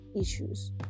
issues